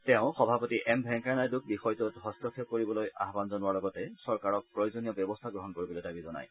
তেওঁ সভাপতি এম ভেংকায়া নাইডুক বিষয়টোত হস্তক্ষেপ কৰিবলৈ আহান জনোৱাৰ লগতে চৰকাৰক প্ৰয়োজনীয় ব্যৱস্থা গ্ৰহণ কৰিবলৈ দাবী জনায়